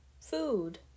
Food